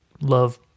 love